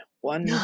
one